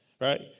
right